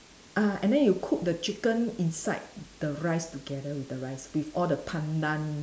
ah and then you cook the chicken inside the rice together with the rice with all the Pandan